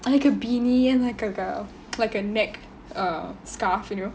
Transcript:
like a beanie and like a uh like a neck uh scarf you know